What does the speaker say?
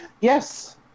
yes